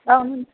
अँ